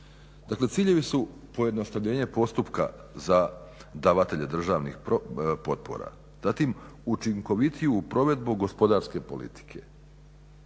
ciljevi su pojednostavljenje postupka za davatelje državnih potpora. Zatim, učinkovitiju provedbu gospodarske politike.